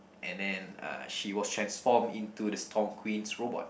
and then uh she was transformed into the Storm Queen's robot